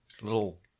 little